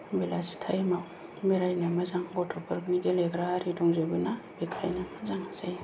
बेलासि टाइमाव बेरायनो मोजां गथ'फोरनि गेलेग्रा आरि दंजोबोना बेखायनो मोजां जायो